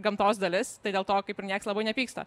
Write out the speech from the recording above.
gamtos dalis tai dėl to kaip ir nieks labai nepyksta